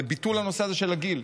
לביטול הנושא הזה של הגיל.